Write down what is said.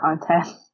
content